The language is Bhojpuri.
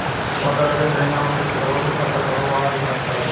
वातावरण के सही ना होखे से कबो सुखा त कबो बाढ़ के समस्या होता